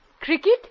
cricket